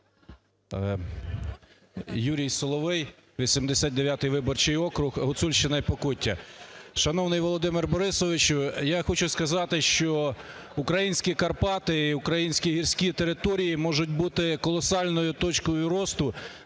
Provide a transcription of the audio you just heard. Юрій Соловей, 89-й виборчий округ, Гуцульщина і Покуття. Шановний Володимире Борисовичу! Я хочу сказати, що українські Карпати і українські гірські території можуть бути колосальною точкою росту